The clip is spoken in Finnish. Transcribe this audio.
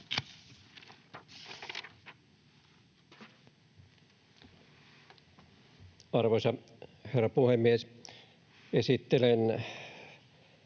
Arvoisa puhemies! Esittelen